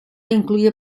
incluye